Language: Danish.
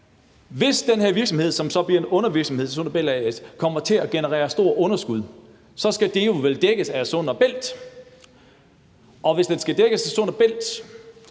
Hvis den her virksomhed, som så bliver en undervirksomhed til Sund & Bælt A/S, kommer til at generere store underskud og konstant giver massive underskud, så skal det jo vel dækkes af Sund & Bælt,